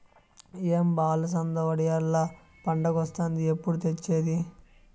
ఏం బా అలసంద వడియాల్ల పండగొస్తాంది ఎప్పుడు తెచ్చేది